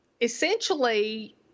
Essentially